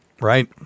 right